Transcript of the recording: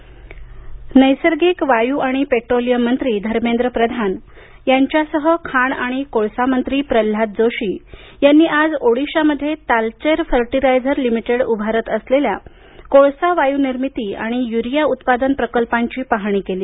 ओडिशा नैसर्गिक वायू आणि पेट्रोलियम मंत्री धर्मेंद्र प्रधान यांच्यासह खाण आणि कोळसा मंत्री प्रल्हाद जोशी यांनी आज ओडिशामध्ये ताल्वेर फ़र्टीलायझर लिमिटेड उभारत असलेल्या कोळसा वायू निर्मिती आणि युरिया उत्पादन प्रकल्पांची पाहणी केली